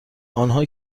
آنها